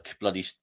bloody